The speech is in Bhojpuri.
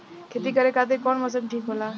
खेती करे खातिर कौन मौसम ठीक होला?